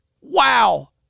Wow